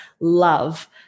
love